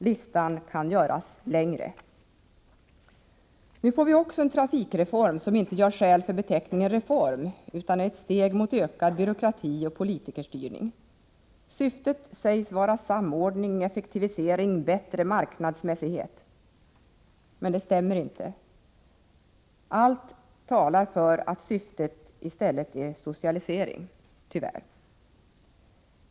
Listan kan göras längre. Nu får vi också en trafikreform som inte gör skäl för beteckningen reform, utan som bara är ett steg mot ökad byråkrati och politikerstyrning. Syftet sägs , vara samordning, effektivisering, bättre marknadsmässighet. Men det stämmer inte. Allt talar för att syftet i stället är socialisering — tyvärr.